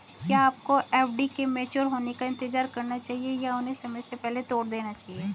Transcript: क्या आपको एफ.डी के मैच्योर होने का इंतज़ार करना चाहिए या उन्हें समय से पहले तोड़ देना चाहिए?